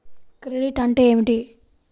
Credit అంటే ఏమిటి?